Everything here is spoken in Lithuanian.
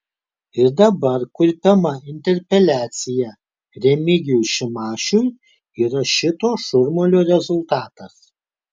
ir dabar kurpiama interpeliacija remigijui šimašiui yra šito šurmulio rezultatas